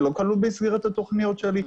זה לא כלול במסגרת התכניות שלי,